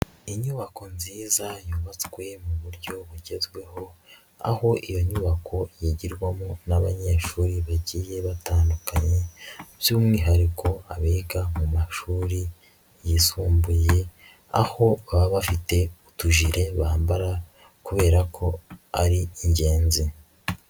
Inyubako nziza zabatswe mu buryo bugezweho aho iyo nyubako yigirwamo n'abanyeshuri bagiye batandukanye by'umwihariko abiga mu mashuri yisumbuye, aho baba bafite utujire bambara kubera ko ari ingenzi.